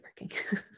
working